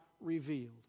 revealed